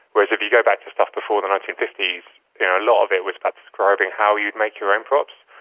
whereas if you go back to stuff before the nineteen fifty s, yeah a lot of it was about describing how you would make your own props.